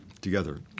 together